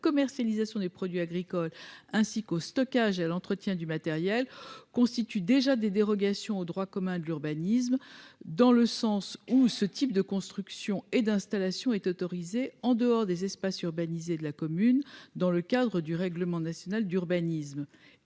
commercialisation des produits agricoles, ainsi qu'au stockage et à l'entretien du matériel constituent déjà des dérogations au droit commun de l'urbanisme, dans la mesure où ce type de constructions et d'installations est autorisé en dehors des espaces urbanisés de la commune, dans le cadre du règlement national d'urbanisme,